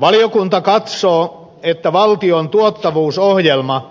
valiokunta katsoo että valtion tuottavuusohjelma